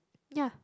ya